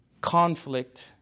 conflict